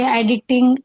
editing